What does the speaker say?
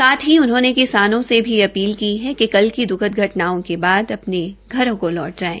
साथ ही उन्होंने किसानों से भी अपील की है कि कल की द्खद घटनाओं के बाद अपने घरों को लौट जाएं